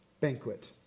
banquet